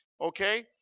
okay